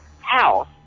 house